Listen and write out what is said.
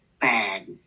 bad